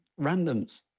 randoms